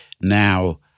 now